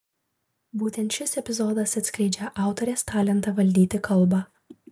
būtent šis epizodas atskleidžią autorės talentą valdyti kalbą